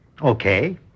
Okay